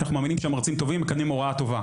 כי אנחנו מאמינים שמרצים טובים מקדמים הוראה טובה.